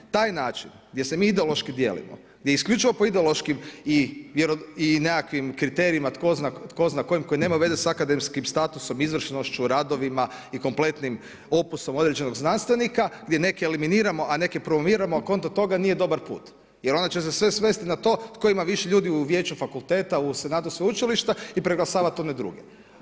Taj način gdje se mi ideološki dijelimo, gdje je isključivo po ideološkim i nekakvim kriterijima tko zna kojim koji nema veze sa akademskim statusom, izvrsnošću, radovima i kompletnim opusom određenih znanstvenika, gdje neke eliminiramo, a neke promoviramo konto toga nije dobar put jel onda će se sve svesti na to tko ima više ljudi u vijeću fakulteta u senatu sveučilišta i preglasavat one druge.